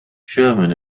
sherman